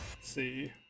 see